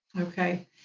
Okay